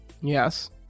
Yes